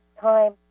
time